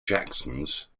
jacksons